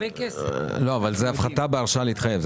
אבל זאת הפחתה בהרשאה להתחייב.